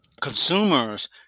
consumers